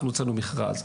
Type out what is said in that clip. אנחנו הוצאנו מכרז.